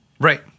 Right